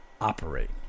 operate